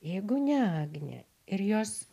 jeigu ne agnė ir jos